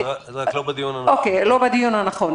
זה רק לא בדיון הנוכחי.